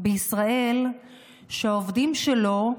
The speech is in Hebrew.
בישראל שהעובדים שלו,